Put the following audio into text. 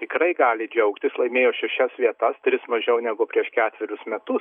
tikrai gali džiaugtis laimėjo šešias vietas tris mažiau negu prieš ketverius metus